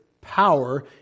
power